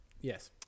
Yes